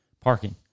parking